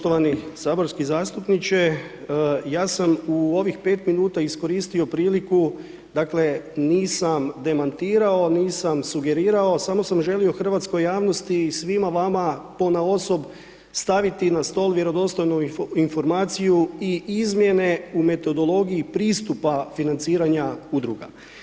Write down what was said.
Poštovani saborski zastupniče, ja sam u ovih 5 minuta iskoristio priliku, dakle, nisam demantirao, nisam sugerirao, samo sam želio hrvatskoj javnosti i svima vama ponaosob staviti na stol vjerodostojnu informaciju i izmjene u metodologiji pristupa financiranja udruga.